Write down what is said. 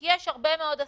כי יש הרבה מאוד עסקים,